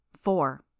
four